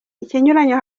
ikinyuranyo